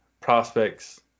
prospects